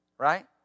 Right